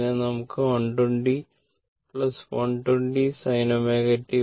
ഇതിനെ നമുക്ക് 120 120 sin ωT